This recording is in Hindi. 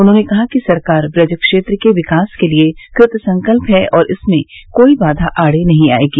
उन्होंने कहा कि सरकार ब्रज क्षेत्र के विकास के लिए कृतसंकल्प है और इसमें कोई बाधा आड़े नहीं आएगी